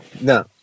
No